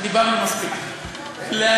דיברנו מספיק להיום.